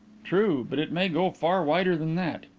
true, but it may go far wider than that.